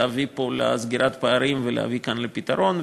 להביא לסגירת פערים ולהביא פה לפתרון,